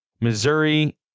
Missouri